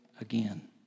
again